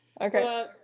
Okay